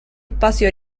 espacio